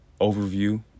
overview